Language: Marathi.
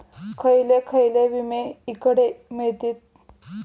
खयले खयले विमे हकडे मिळतीत?